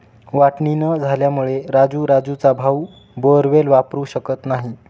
वाटणी न झाल्यामुळे राजू राजूचा भाऊ बोअरवेल वापरू शकत नाही